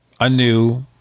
anew